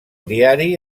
diari